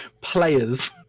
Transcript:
players